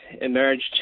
emerged